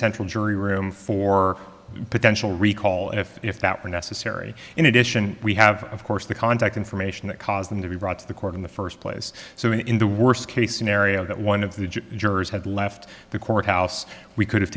central jury room for potential recall if if that were necessary in addition we have of course the contact information that caused them to be brought to the court in the first place so in the worst case scenario that one of the jurors had left the courthouse we could have